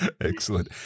Excellent